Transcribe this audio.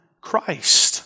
Christ